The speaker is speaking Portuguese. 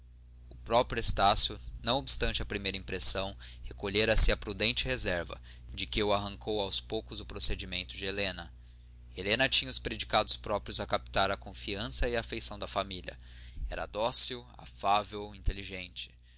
o próprio estácio não obstante a primeira impressão recolhera-se a prudente reserva de que o arrancou aos pouco o procedimento de helena helena tinha os predicados próprios a captar a confiança e a afeição da família era dócil afável inteligente